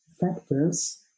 factors